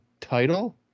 title